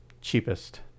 cheapest